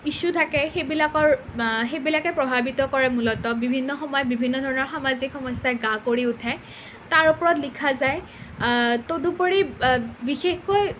issue থাকে সেইবিলাকৰ সেইবিলাকে প্ৰভাৱিত কৰে মূলতঃ বিভিন্ন সময়ত বিভিন্ন ধৰণৰ সামাজিক সমস্যাই গা কৰি উঠে তাৰ ওপৰত লিখা যায় তদুপৰি বিশেষকৈ